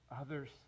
others